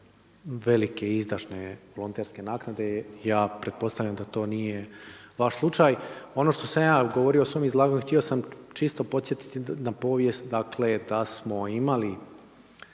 velike izdašne volonterske naknade ja pretpostavljam da to nije vaš slučaj. Ono što sam ja govorio u svom izlaganju htio sam čisto podsjetiti na povijest, dakle da smo imali